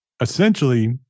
essentially